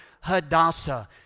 Hadassah